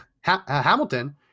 Hamilton